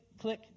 click